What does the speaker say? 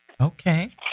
Okay